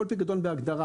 כל פיקדון בהגדרה.